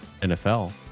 nfl